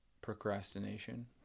procrastination